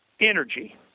energy